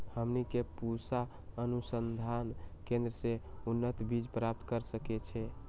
हमनी के पूसा अनुसंधान केंद्र से उन्नत बीज प्राप्त कर सकैछे?